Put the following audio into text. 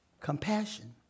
compassion